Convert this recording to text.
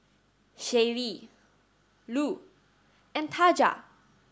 Shaylee Lu and Taja